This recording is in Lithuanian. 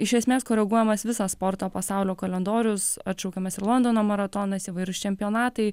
iš esmės koreguojamas visas sporto pasaulio kalendorius atšaukiamas ir londono maratonas įvairūs čempionatai